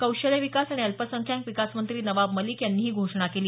कौशल्य विकास आणि अल्पसंख्याक विकास मंत्री नवाब मलिक यांनी ही घोषणा केली